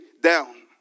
down